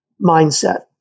mindset